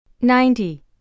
ninety